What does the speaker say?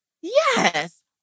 yes